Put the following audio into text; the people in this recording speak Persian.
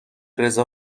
رضا